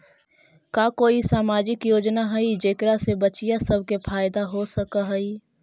का कोई सामाजिक योजना हई जेकरा से बच्चियाँ सब के फायदा हो सक हई?